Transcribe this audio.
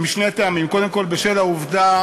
משני טעמים: קודם כול, בשל העובדה